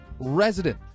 resident